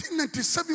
1997